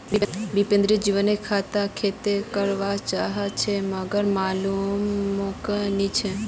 दीपेंद्र जैविक खाद खेती कर वा चहाचे मगर मालूम मोक नी छे